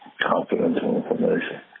confidential information.